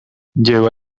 lleva